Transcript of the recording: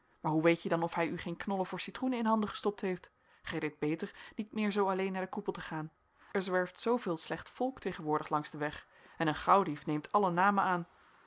maar hoe weet je dan of hij u geen knollen voor citroenen in handen gestopt heeft gij deedt beter niet meer zoo alleen naar den koepel te gaan er zwerft zooveel slecht volk tegenwoordig langs den weg en een gauwdief neemt alle namen aan